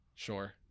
Sure